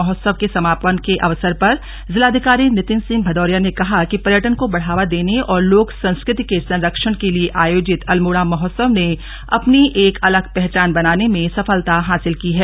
महोत्सव के समापन के अवसर पर जिलाधिकारी नितिन सिंह भदौरिया ने कहा कि पयर्टन को बढ़ावा देने और लोक संस्कृति के संरक्षण के लिए आयोजित अल्मोड़ा महोत्सव ने अपनी एक अलग पहचान बनाने में सफलता हासिल की है